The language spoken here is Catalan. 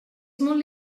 molt